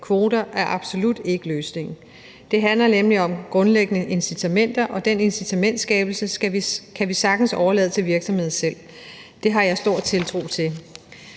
Kvoter er absolut ikke løsningen. Det handler nemlig om grundlæggende incitamenter, og den incitamentskabelse kan vi sagtens overlade til virksomheden selv – det har jeg stor tiltro til.